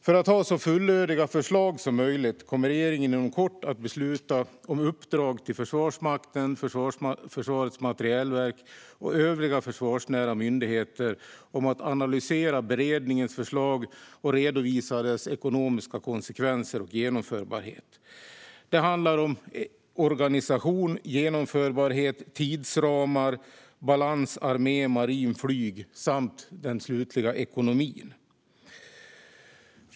För att ha så fullödiga förslag som möjligt kommer regeringen inom kort att besluta om uppdrag till Försvarsmakten, Försvarets materielverk och övriga försvarsnära myndigheter om att analysera beredningens förslag och redovisa dess ekonomiska konsekvenser och genomförbarhet. Det handlar om organisation, genomförbarhet, tidsramar, balans armé-marin-flyg och den slutliga ekonomin.